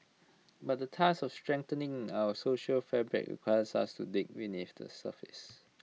but the task of strengthening our social fabric requires us to dig beneath the surface